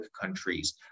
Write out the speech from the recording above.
countries